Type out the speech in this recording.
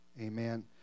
Amen